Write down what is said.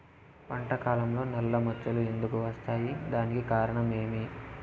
పంట కాలంలో నల్ల మచ్చలు ఎందుకు వస్తాయి? దానికి కారణం ఏమి?